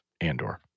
Andor